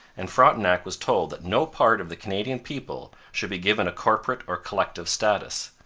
and frontenac was told that no part of the canadian people should be given a corporate or collective status.